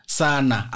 sana